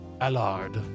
Allard